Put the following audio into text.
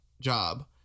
job